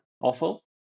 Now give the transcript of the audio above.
awful